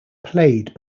played